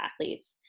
athletes